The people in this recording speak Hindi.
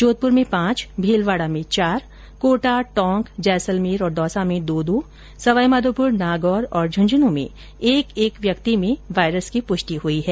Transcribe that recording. जोधपुर में पांच भीलवाड़ा में चार कोटा टोंक जैसलमेर और दौसा में दो दो सवाईमाधोपुर नागौर और झुंझुनू में एक एक व्यक्ति में वायरस की पुष्टि हुई है